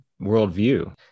worldview